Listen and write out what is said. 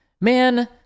Man